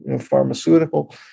pharmaceutical